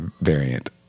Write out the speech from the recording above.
variant